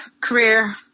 career